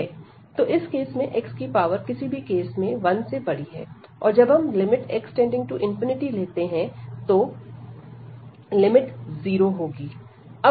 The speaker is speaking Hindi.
तो इस केस में x की पावर किसी भी केस में 1 से बड़ी है और जब हम x→∞ लेते हैं तो लिमिट 0 होगी